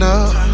up